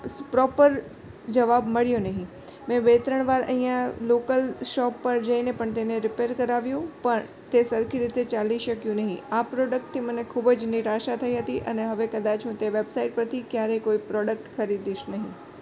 proper જવાબ મળ્યો નહીં મેં બે ત્રણ વાર અહીંયા લોકલ શોપ પર જઇને પણ તેને રીપેર કરાવ્યું પણ તે સરખી રીતે ચાલી શક્યું નહીં આ પ્રોડક્ટથી મને ખૂબ જ નિરાશા થઇ હતી અને હવે હું તે વેબસાઇટ પરથી ક્યારેય કોઇ પ્રોડક્ટ ખરીદીશ નહીં